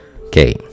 okay